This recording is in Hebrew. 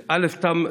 א.